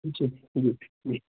जी जी जी